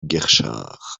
guerchard